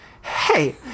Hey